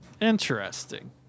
Interesting